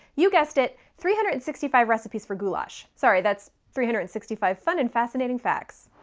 you guessed it, three hundred and sixty five recipes for goulash. sorry, that's three hundred and sixty five fun and fascinating facts.